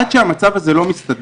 עד שהמצב הזה לא מסתדר,